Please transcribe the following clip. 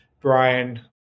Brian